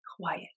quiet